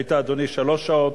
היית, אדוני, שלוש שעות.